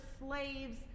slaves